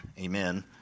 Amen